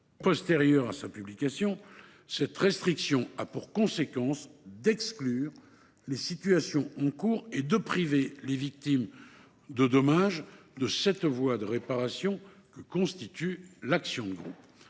postérieurs à sa publication, cette restriction a pour conséquence d’exclure les situations en cours et de priver les victimes des dommages concernés de cette voie de réparation que constitue l’action de groupe.